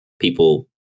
people